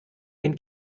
den